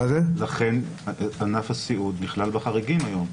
לכן ענף הסיעוד נכלל בחריגים היום.